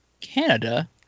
Canada